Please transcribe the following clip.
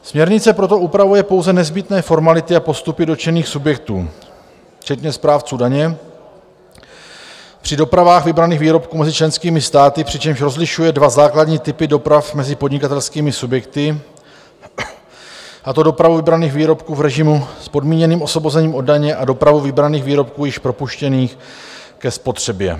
Směrnice proto upravuje pouze nezbytné formality a postupy dotčených subjektů včetně správců daně při dopravách vybraných výrobků mezi členskými státy, přičemž rozlišuje dva základní typy doprav mezi podnikatelskými subjekty, a to dopravu vybraných výrobků v režimu s podmíněným osvobozením od daně a dopravu vybraných výrobků již propuštěných ke spotřebě.